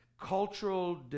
cultural